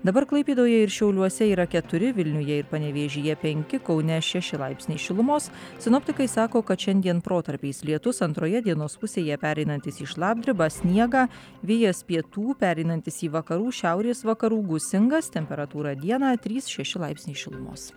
dabar klaipėdoje ir šiauliuose yra keturi vilniuje ir panevėžyje penki kaune šeši laipsniai šilumos sinoptikai sako kad šiandien protarpiais lietus antroje dienos pusėje pereinantis į šlapdribą sniegą vėjas pietų pereinantis į vakarų šiaurės vakarų gūsingas temperatūra dieną trys šeši laipsniai šilumos